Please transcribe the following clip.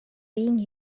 being